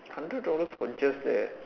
hundred dollar for just that